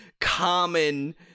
common